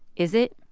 is it?